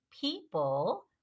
people